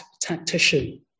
tactician